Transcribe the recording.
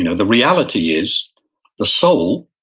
you know the reality is the soul,